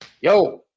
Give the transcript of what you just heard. yo